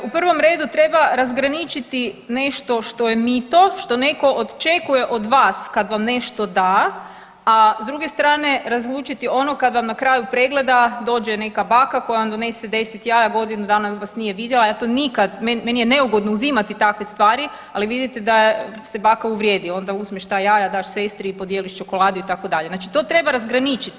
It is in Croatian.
Dakle, u prvom redu treba razgraničiti nešto što je mito što netko očekuje od vas kad vam nešto da, a s druge strane razlučiti ono kad vam na kraju pregleda dođe neka baka koja vam donese 10 jaja, godinu dana vas nije vidjela, ja to nikad, meni, meni je neugodno uzimati takve stvari, ali vidite da se baka uvrijedi, onda uzmeš ta jaja, daš sestri i podijeliš čokolade itd., znači to treba razgraničiti.